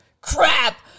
crap